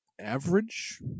average